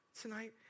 tonight